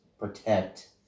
protect